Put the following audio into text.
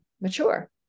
mature